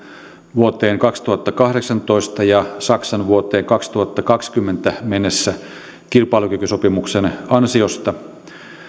vuoteen kaksituhattakahdeksantoista ja saksan vuoteen kaksituhattakaksikymmentä mennessä kilpailukykysopimuksen ansiosta